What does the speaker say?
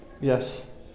Yes